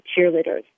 cheerleaders